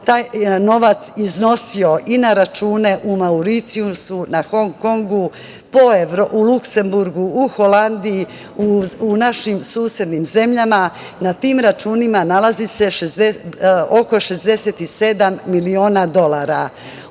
taj novac iznosio i na račune na Mauricijusu, u Hong Kongu, u Luksemburgu, u Holandiji, u našim susednim zemljama. Na tim računima nalazi se oko 67 miliona dolara. Ono